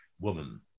woman